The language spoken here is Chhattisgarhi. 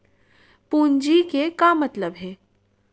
पूंजी के का मतलब हे?